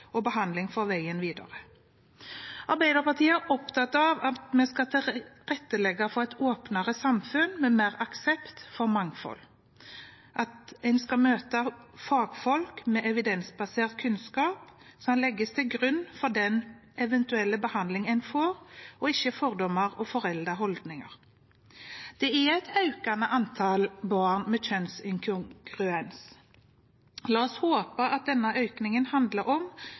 og god behandling på veien videre. Arbeiderpartiet er opptatt av at vi skal tilrettelegge for et åpnere samfunn med mer aksept for mangfold, at man skal møte fagfolk, og at det er evidensbasert kunnskap som legges til grunn for den eventuelle behandlingen man får – og ikke fordommer og foreldede holdninger. Det er et økende antall barn med kjønnsinkongruens. La oss håpe at denne økningen handler om